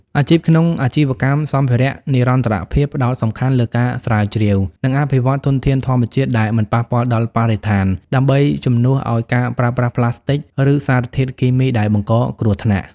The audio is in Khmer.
អាជីពក្នុងអាជីវកម្មសម្ភារៈនិរន្តរភាពផ្ដោតសំខាន់លើការស្រាវជ្រាវ និងអភិវឌ្ឍន៍ធនធានធម្មជាតិដែលមិនប៉ះពាល់ដល់បរិស្ថាន ដើម្បីជំនួសឱ្យការប្រើប្រាស់ប្លាស្ទិក ឬសារធាតុគីមីដែលបង្កគ្រោះថ្នាក់។